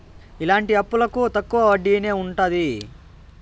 ఇలాంటి అప్పులకు తక్కువ వడ్డీనే ఉంటది